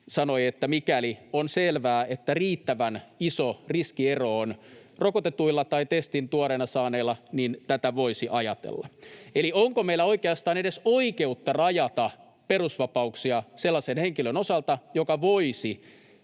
sanoi, että mikäli on selvää, että on riittävän iso riskiero rokotetuilla tai tuoreen testin saaneilla, niin tätä voisi ajatella. Eli onko meillä oikeastaan edes oikeutta rajata perusvapauksia sellaisen henkilön osalta, joka voisi